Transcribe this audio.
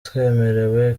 twemerewe